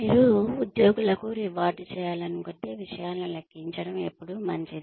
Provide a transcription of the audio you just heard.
మీరు ఉద్యోగులకు రివార్డ్ చేయాలనుకుంటే విషయాలను లెక్కించడం ఎల్లప్పుడూ మంచిది